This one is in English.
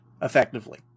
Effectively